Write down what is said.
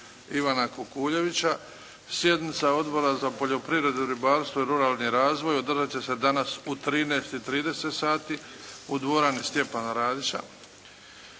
Ivana Kukuljevića. Sjednica Odbora za poljoprivredu, ribarstvo i ruralni razvoj održat će se danas u 13,30 sati u dvorani Stjepana Radića.